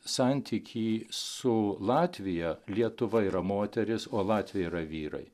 santykį su latvija lietuva yra moteris o latvija yra vyrai